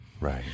right